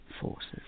forces